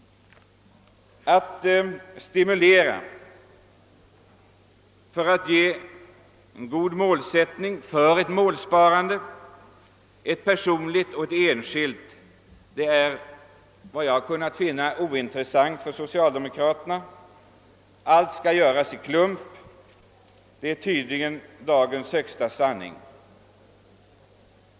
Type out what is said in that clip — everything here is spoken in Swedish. Att stimulera ett personligt målsparande är såvitt jag har kunnat finna ointressant för socialdemokraterna. Att allt skall göras i kollektiv är tydligen dagens högsta sanning.